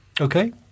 Okay